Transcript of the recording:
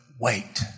wait